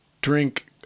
drink